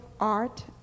art